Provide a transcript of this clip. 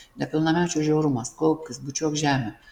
nepilnamečio žiaurumas klaupkis bučiuok žemę